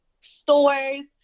stores